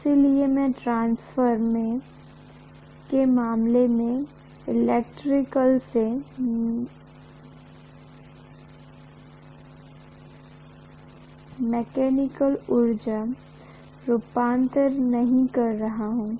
इसलिए मैं ट्रांसफॉर्मर के मामले में इलेक्ट्रिकल से मैकेनिकल ऊर्जा रूपांतरण नहीं कर रहा हूं